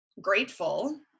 grateful